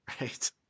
Right